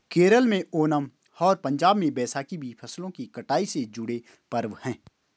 केरल में ओनम और पंजाब में बैसाखी भी फसलों की कटाई से जुड़े पर्व हैं